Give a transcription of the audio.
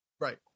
Right